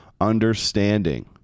understanding